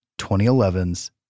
2011's